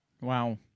Wow